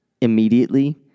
immediately